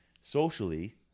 socially